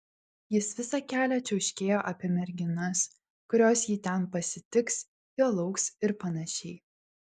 jis visą kelią čiauškėjo apie merginas kurios jį ten pasitiks jo lauks ir panašiai